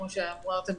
כמו שאמרתם,